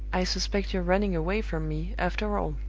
i suspect you're running away from me, after all!